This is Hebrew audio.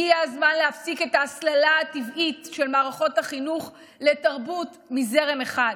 הגיע הזמן להפסיק את ההסללה הטבעית של מערכות החינוך לתרבות מזרם אחד.